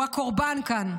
הוא הקורבן כאן.